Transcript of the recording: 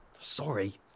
Sorry